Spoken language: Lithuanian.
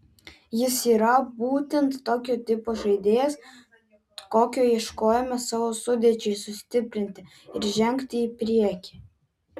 jis yra būtent tokio tipo žaidėjas kokio ieškojome savo sudėčiai sustiprinti ir žengti į priekį